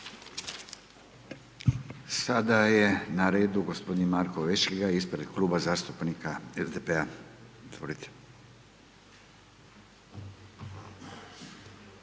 Sada je na redu g. Marko Vešligaj ispred Kluba zastupnika SDP-a.